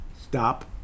stop